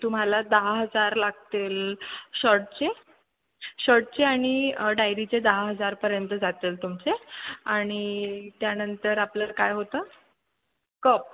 तुम्हाला दहा हजार लागतील शर्टचे शर्टचे आणि डायरीचे दहा हजारपर्यंत जातील तुमचे आणि त्यानंतर आपलं काय होतं कप